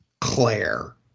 Claire